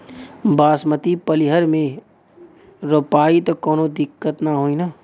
बासमती पलिहर में रोपाई त कवनो दिक्कत ना होई न?